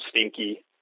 stinky